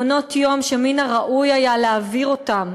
מעונות יום שמן הראוי היה להעביר אותם,